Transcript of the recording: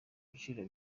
ibiciro